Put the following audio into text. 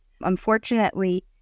Unfortunately